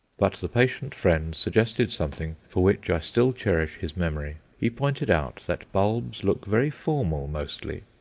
but the patient friend suggested something for which i still cherish his memory. he pointed out that bulbs look very formal mostly,